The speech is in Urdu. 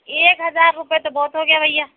ایک ہزار روپئے تو بہت ہو گیا بھیا